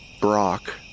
Brock